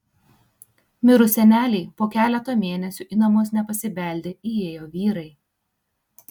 mirus senelei po keleto mėnesių į namus nepasibeldę įėjo vyrai